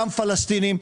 גם פלשתינים,